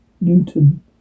Newton